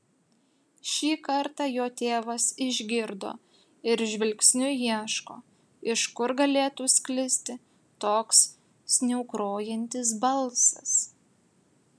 šį kartą jo tėvas išgirdo ir žvilgsniu ieško iš kur galėtų sklisti toks sniaukrojantis balsas